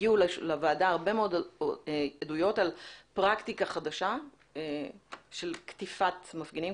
לוועדה הגיעו הרבה מאוד ועדה על פרקטיקה חדשה של קטיפת מפגינים,